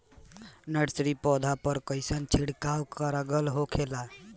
Nursery पौधा पर कइसन छिड़काव कारगर होखेला?